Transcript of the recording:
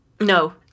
no